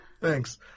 Thanks